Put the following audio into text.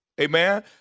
Amen